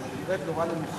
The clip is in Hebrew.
ואז את נראית נורא נמוכה.